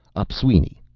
opisweni,